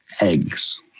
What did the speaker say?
eggs